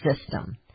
system